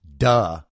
Duh